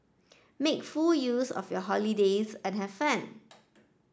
make full use of your holidays and have fun